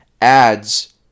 adds